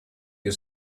you